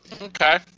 okay